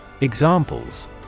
Examples